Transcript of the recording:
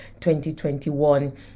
2021